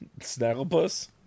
Snagglepuss